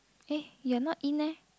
eh you're not in leh